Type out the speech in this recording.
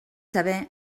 saber